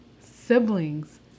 siblings